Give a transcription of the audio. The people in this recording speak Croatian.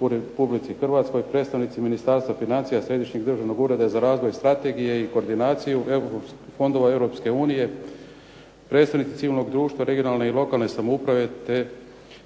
u Republici Hrvatskoj, predstavnici Ministarstva financija, Središnjeg državnog ureda za razvoj strategije i koordinaciju fondova Europske unije, predstavnici civilnog društva, regionalne i lokalne samouprave te